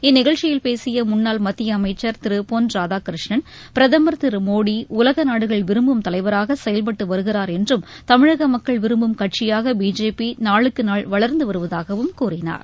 இந்நிகழ்ச்சியில் பேசிய முன்னாள் மத்திய அமச்சர் திரு பொன் ராதாகிருஷ்ணன் பிரதமர் திரு மோடி உலக நாடுகள் விரும்பும் தலைவராக செயல்பட்டு வருகிறார் என்றும் தமிழக மக்கள் விரும்பும் கட்சியாக பிஜேபி நாளுக்கு நாள் வளர்ந்து வருவதாகவும் கூறினார்